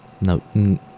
no